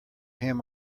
him